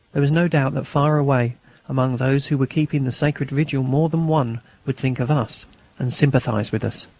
there was no doubt that far away among those who were keeping the sacred vigil more than one would think of us and sympathise with us.